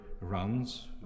runs